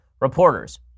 reporters